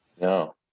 No